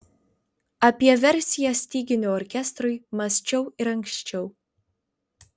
apie versiją styginių orkestrui mąsčiau ir anksčiau